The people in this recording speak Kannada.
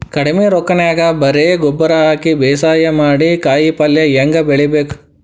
ಕಡಿಮಿ ರೊಕ್ಕನ್ಯಾಗ ಬರೇ ಗೊಬ್ಬರ ಹಾಕಿ ಬೇಸಾಯ ಮಾಡಿ, ಕಾಯಿಪಲ್ಯ ಹ್ಯಾಂಗ್ ಬೆಳಿಬೇಕ್?